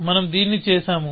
మనం దీన్ని చేసాము